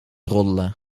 roddelen